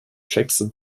jackson